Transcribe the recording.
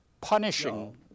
punishing